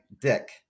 dick